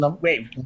wait